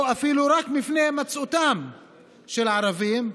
או אפילו רק מפני הימצאותם של הערבים,